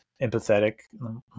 empathetic